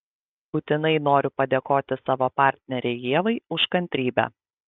būtinai noriu padėkoti savo partnerei ievai už kantrybę